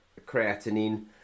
creatinine